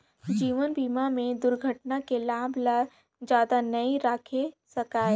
जीवन बीमा में दुरघटना के लाभ ल जादा नई राखे सकाये